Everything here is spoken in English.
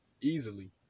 easily